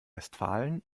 westfalen